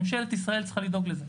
ממשלת ישראל צריכה לדאוג לזה.